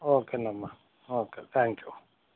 ఓకేనమ్మ okay thank you